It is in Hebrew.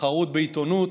תחרות בעיתונות,